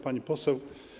Pani Poseł!